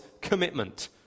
commitment